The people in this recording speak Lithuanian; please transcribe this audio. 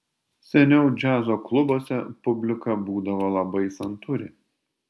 seniau džiazo klubuose publika būdavo labai santūri